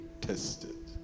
tested